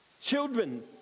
children